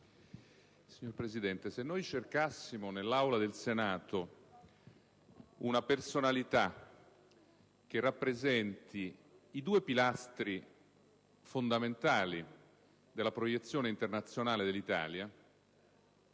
Signor Presidente, se cercassimo nell'Aula del Senato una personalità che rappresenti i due pilastri fondamentali della proiezione internazionale dell'Italia,